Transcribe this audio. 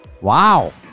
Wow